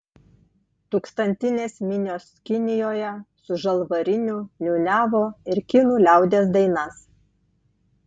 tūkstantinės minios kinijoje su žalvariniu niūniavo ir kinų liaudies dainas